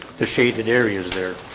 the shaded areas there